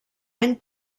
any